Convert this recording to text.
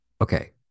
okay